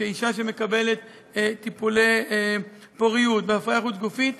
שאישה שמקבלת טיפולי פוריות או הפריה חוץ-גופית,